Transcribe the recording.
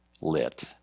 lit